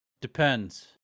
Depends